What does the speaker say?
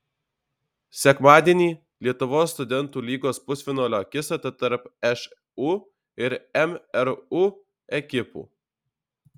sekmadienį lietuvos studentų lygos pusfinalio akistata tarp šu ir mru ekipų